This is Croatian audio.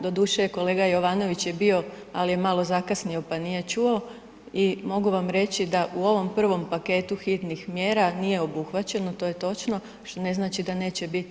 Doduše, kolega Jovanović je bio, al je malo zakasnio, pa nije čuo i mogu vam reći da u ovom prvom paketu hitnih mjera nije obuhvaćeno, to je točno, što ne znači da neće biti.